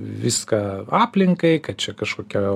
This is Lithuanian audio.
viską aplinkai kad čia kažkokia